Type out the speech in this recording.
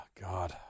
God